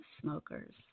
smokers